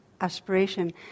aspiration